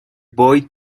boy